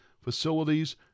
facilities